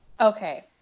Okay